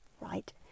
right